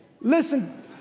Listen